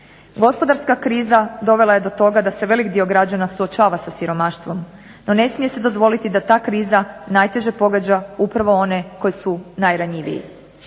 Gospodarska kriza dovela je do toga da se velik dio građana suočava sa siromaštvom. No, ne smije se dozvoliti da ta kriza najteže pogađa upravo one koji su najranjiviji.